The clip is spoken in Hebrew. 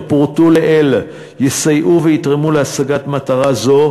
פורטו לעיל יסייעו ויתרמו להשגת מטרה זו,